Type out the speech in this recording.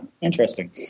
interesting